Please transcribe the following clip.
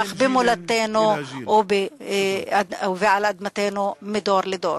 להתפתח במולדתנו ועל אדמתנו מדור לדור.